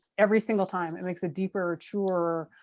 every single time it makes a deeper, truer,